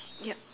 yup